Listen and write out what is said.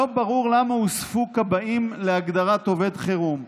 לא ברור למה הוספו כבאים להגדרת "עובד חירום".